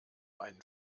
einen